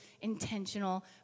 intentional